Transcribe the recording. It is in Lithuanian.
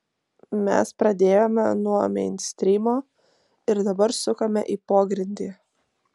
mes pradėjome nuo meinstrymo ir dabar sukame į pogrindį